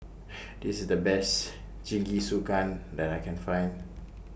This IS The Best Jingisukan that I Can Find